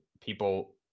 people